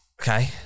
Okay